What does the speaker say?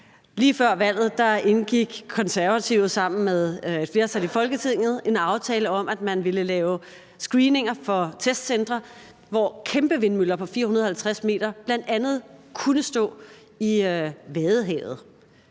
Lige før valget indgik Konservative sammen med et flertal i Folketinget en aftale om, at man ville lave screeninger for testcentre, hvor kæmpe vindmøller på 450 m bl.a. kunne stå i Vadehavet.